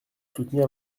soutenir